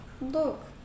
Look